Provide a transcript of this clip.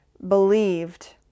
believed